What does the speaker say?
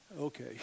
Okay